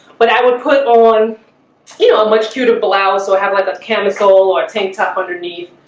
but i would put on you know a much cuter blouse, so i have like a camisole or tank top underneath